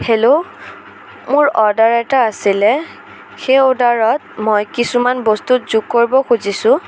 hello মোৰ order এটা আছিলে সেই অৰ্ডাৰত মই কিছুমান বস্তু যোগ কৰিব খুজিছোঁ